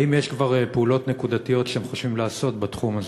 האם יש כבר פעולות נקודתיות שאתם חושבים לעשות בתחום הזה?